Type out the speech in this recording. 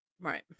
Right